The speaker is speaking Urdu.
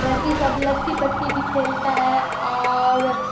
لڑکی سب لتی پتی بھی کھیلتا ہے اور